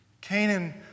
Canaan